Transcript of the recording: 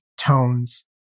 tones